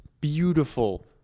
beautiful